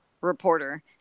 reporter